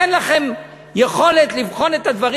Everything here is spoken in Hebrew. אין לכם יכולת לבחון את הדברים?